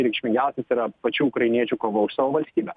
reikšmingiausias yra pačių ukrainiečių kova už savo valstybę